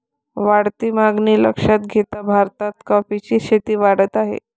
वाढती मागणी लक्षात घेता भारतात कॉफीची शेती वाढत आहे